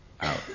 out